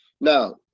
Now